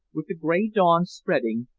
with the gray dawn spreading,